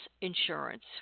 insurance